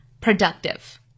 productive